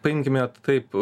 paimkime taip